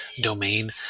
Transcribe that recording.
domain